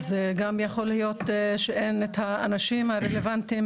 גם יכול להיות שאין את האנשים הרלוונטיים